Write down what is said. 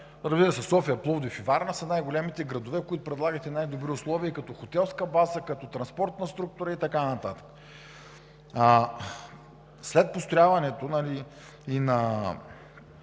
Разбира се, София, Пловдив и Варна са най-големите градове, които предлагат и най-добри условия като хотелска база, като транспортна структура и така нататък. След построяването на